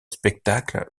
spectacle